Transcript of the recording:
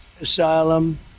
asylum